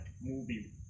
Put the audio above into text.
movie